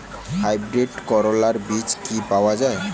Hybrid করলার বীজ কি পাওয়া যায়?